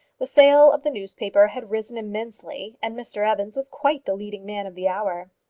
the sale of the newspaper had risen immensely, and mr evans was quite the leading man of the hour.